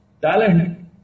talent